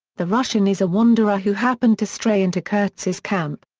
the russian is a wanderer who happened to stray into kurtz's camp.